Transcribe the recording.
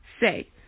Say